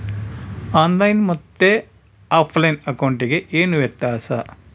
On line ಮತ್ತೆ ಆಫ್ಲೈನ್ ಅಕೌಂಟಿಗೆ ಏನು ವ್ಯತ್ಯಾಸ?